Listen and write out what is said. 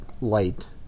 light